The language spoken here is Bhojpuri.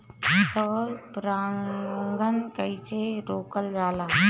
स्व परागण कइसे रोकल जाला?